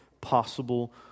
possible